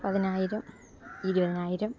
പതിനായിരം ഇരുപതിനായിരം